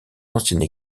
ancienne